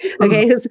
Okay